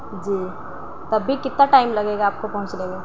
جی تب بھی کتنا ٹائم لگے گا آپ کو پہنچنے میں